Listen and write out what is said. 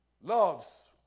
loves